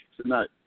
tonight